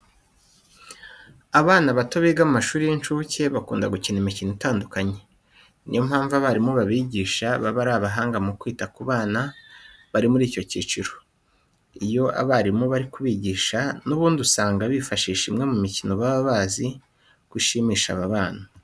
Abana bato biga mu mashuri y'incuke bakunda gukina imikino itandukanye. Niyo mpamvu abarimu babigisha, baba ari abahanga mu kwita ku bana bari muri iki cyiciro. Iyo abarimu bari kubigisha n'ubundi usanga bifashisha imwe mu mikino baba bazi ko ishimisha aba bana.